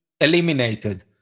eliminated